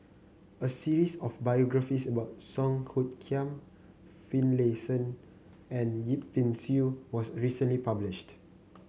a series of biographies about Song Hoot Kiam Finlayson and Yip Pin Xiu was recently published